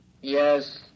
Yes